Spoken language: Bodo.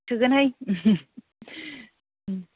थोगोनहाय उम